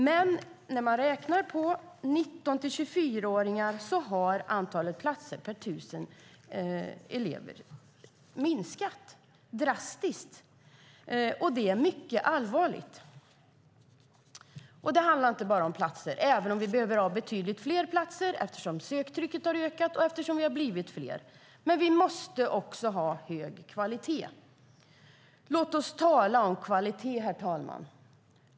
När man i stället räknar på 19-24-åringar ser man att antalet platser per tusen elever minskat drastiskt. Det är mycket allvarligt. Dessutom handlar det inte bara om platser. Vi behöver ha betydligt fler platser eftersom söktrycket ökat och vi blivit fler, men vi måste också ha hög kvalitet. Låt oss tala om kvalitet, herr talman.